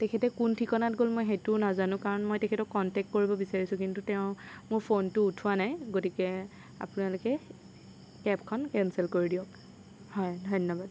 তেখেতে কোন ঠিকনাত গ'ল মই সেইটোও নাজানো কাৰণ মই তেখেতক কণ্টেক্ট কৰিব বিচাৰিছোঁ কিন্তু তেওঁ মোৰ ফোনটো উঠোৱা নাই গতিকে আপোনালোকে কেবখন কেঞ্চেল কৰি দিয়ক হয় ধন্যবাদ